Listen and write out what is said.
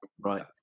Right